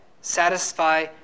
Satisfy